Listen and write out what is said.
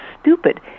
stupid